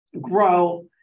grow